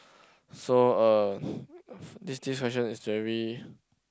so uh this this question is very